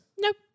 Nope